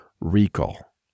recall